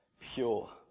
pure